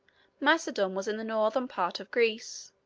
macedon was in the northern part of greece.